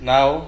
Now